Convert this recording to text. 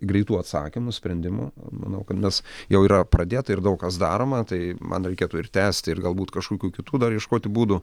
greitų atsakymų sprendimų manau kad mes jau yra pradėta ir daug kas daroma tai man reikėtų ir tęsti ir galbūt kažkokių kitų dar ieškoti būdų